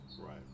Right